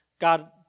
God